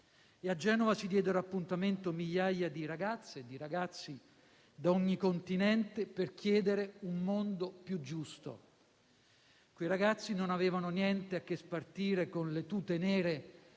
a Genova si diedero appuntamento migliaia di ragazze e di ragazzi da ogni continente per chiedere un mondo più giusto. Quei ragazzi non avevano niente a che spartire con le tute nere